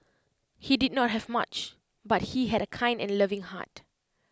he did not have much but he had A kind and loving heart